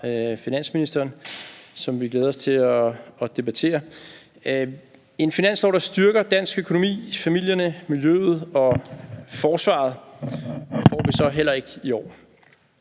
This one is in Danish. finansministeren, som vi glæder os til at debattere. En finanslov, der styrker dansk økonomi, familierne, miljøet og forsvaret, får vi så heller ikke i år.